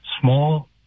small